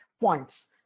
points